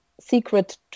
secret